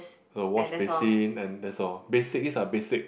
a wash basin and that's all basic these are basic